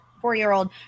four-year-old